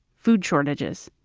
food shortages,